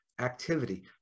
activity